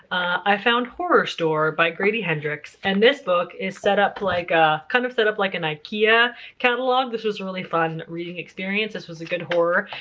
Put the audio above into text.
i found horrorstor by grady hendrix. and this book is set up like ah kind of set up like an ikea catalog. this was a really fun reading experience. this was a good horror.